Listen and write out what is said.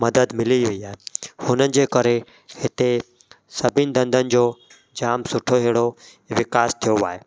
मदद मिली वई आहे हुननि जे करे हिते सभिनि धंधनि जो जामु सुठो अहिड़ो विकास थियो आहे